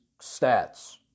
stats